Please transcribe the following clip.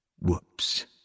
Whoops